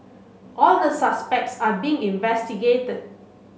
all the suspects are being investigated